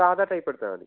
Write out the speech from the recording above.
സാധാരണ ടൈപ്പെടുത്താൽ മതി